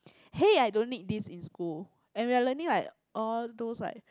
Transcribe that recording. hey I don't need this in school and we are learning like all those like